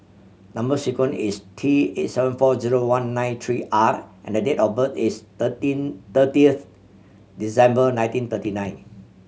number sequence is T eight seven four zero one nine three R and date of birth is thirty thirtieth December nineteen thirty nine